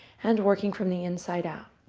and working from the inside out.